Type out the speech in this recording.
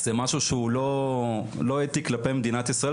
זה משהו שהוא לא אתי כלפי מדינת ישראל,